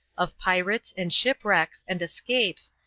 of pirates, and shipwrecks, and escapes,